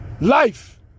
Life